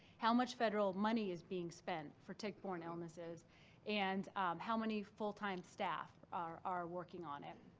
how much federal money is being spent for tick-borne illnesses and how many full-time staff are are working on it?